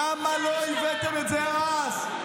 למה לא הבאתם את זה אז?